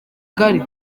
gary